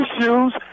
issues